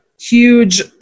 huge